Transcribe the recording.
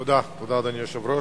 תודה, אדוני היושב-ראש.